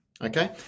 Okay